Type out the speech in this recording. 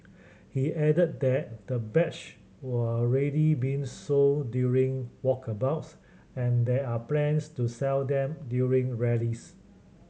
he added that the badge are already being sold during walkabouts and there are plans to sell them during rallies